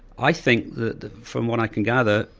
i think that from what i can gather,